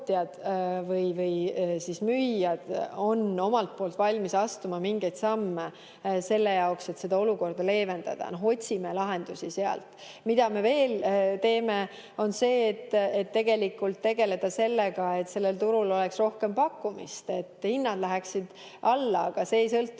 või müüjad on omalt poolt valmis astuma mingeid samme selleks, et seda olukorda leevendada? Otsime lahendusi sealt. Mida me veel teeme, on see, et [tuleb] tegeleda sellega, et turul oleks rohkem pakkumist, et hinnad läheksid alla, aga see ei sõltu